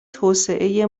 توسعه